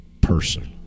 person